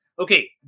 okay